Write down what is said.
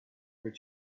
for